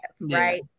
right